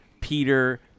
Peter